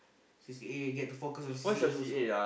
C_C_A get to focus on C_C_A also